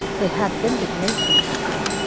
they had indignation at it,